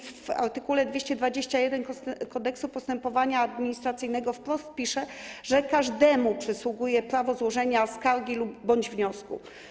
W art. 221 Kodeksu postępowania administracyjnego wprost pisze się, że każdemu przysługuje prawo złożenia skargi bądź wniosku.